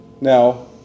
Now